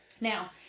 Now